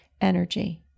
energy